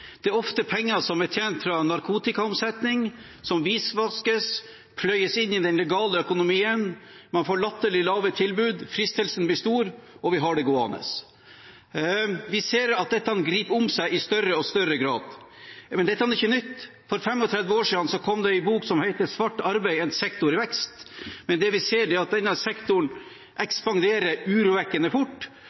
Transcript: Det er ofte penger som er tjent på narkotikaomsetning, som hvitvaskes og pløyes inn i den legale økonomien. Man får latterlig lave tilbud, fristelsen blir stor, og vi har det gående. Vi ser at dette griper om seg i større og større grad. Men dette er ikke noe nytt – for 35 år siden kom det en bok som het «Svart arbeid, en sektor i vekst». Det vi ser, er at denne sektoren ekspanderer urovekkende fort